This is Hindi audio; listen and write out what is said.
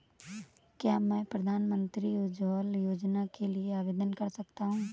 क्या मैं प्रधानमंत्री उज्ज्वला योजना के लिए आवेदन कर सकता हूँ?